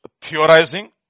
theorizing